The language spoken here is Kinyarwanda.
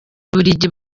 bubiligi